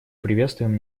приветствуем